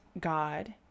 God